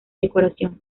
decoración